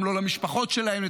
גם לא למשפחות שלהם,